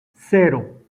cero